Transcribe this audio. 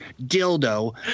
dildo